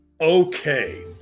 Okay